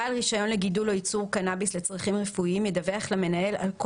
בעל רישיון לגידול או ייצור קנאביס לצרכים רפואיים ידווח למנהל הגידול